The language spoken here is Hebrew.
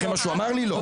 אחרי מה שהוא אמר לי לא,